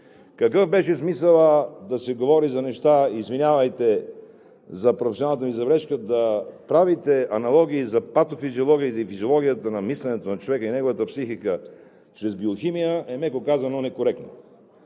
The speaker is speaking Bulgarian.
какъв беше смисълът да се говори за неща, извинявайте за професионалната ми забележка, да правите аналогии за патофизиологията и физиологията на мисленето на човека и неговата психика чрез биохимия е меко казано некоректно.